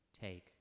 take